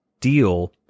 deal